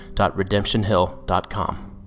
Redemptionhill.com